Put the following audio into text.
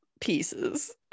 pieces